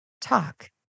talk